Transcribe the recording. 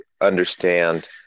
understand